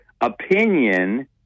opinion